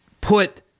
put